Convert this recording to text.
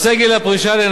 בעל השלכות כלכליות,